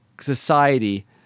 society